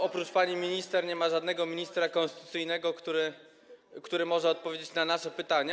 Oprócz pani minister nie ma żadnego ministra konstytucyjnego, który może odpowiedzieć na nasze pytania.